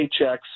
paychecks